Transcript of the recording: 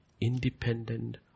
independent